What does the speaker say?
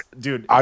dude